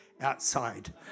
outside